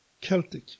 Celtic